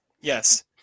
yes